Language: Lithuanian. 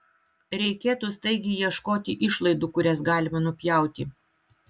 reikėtų staigiai ieškoti išlaidų kurias galima nupjauti